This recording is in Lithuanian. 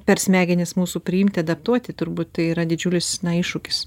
per smegenis mūsų priimt adaptuoti turbūt tai yra didžiulis na iššūkis